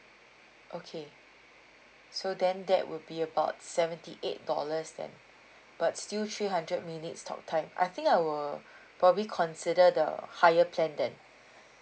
okay so then that would be about seventy eight dollars then but still three hundred minutes talk time I think I will probably consider the higher plan then